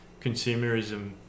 consumerism